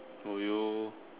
do you